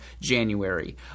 January